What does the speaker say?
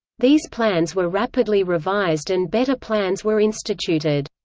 these plans were rapidly revised and better plans were instituted.